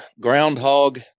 groundhog